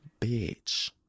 bitch